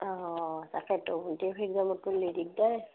অঁ তাকেতো কৰলে দিগদাৰ